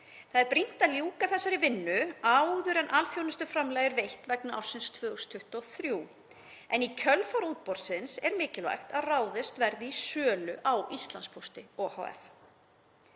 Það er brýnt að ljúka vinnunni áður en alþjónustuframlag er veitt vegna ársins 2023. Í kjölfar útboðs er mikilvægt að ráðist verði í sölu á Íslandspósti ohf.